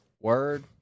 Word